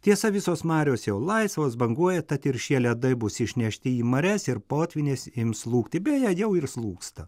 tiesa visos marios jau laisvos banguoja tad ir šie ledai bus išnešti į marias ir potvynis ims slūgti beje jau ir slūgsta